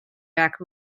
back